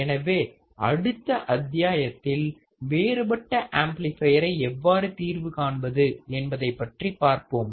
எனவே அடுத்த அத்தியாயத்தில் வேறுபட்ட ஆம்ப்ளிபையரை எவ்வாறு தீர்வு காண்பது என்பதை பற்றி பார்ப்போம்